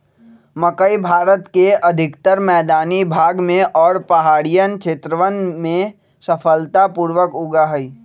मकई भारत के अधिकतर मैदानी भाग में और पहाड़ियन क्षेत्रवन में सफलता पूर्वक उगा हई